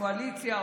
קואליציה,